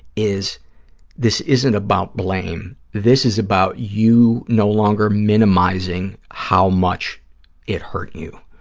is this isn't about blame. this is about you no longer minimizing how much it hurt you,